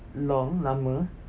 long lama